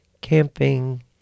camping